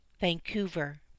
Vancouver